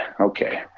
Okay